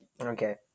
Okay